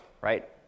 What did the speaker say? right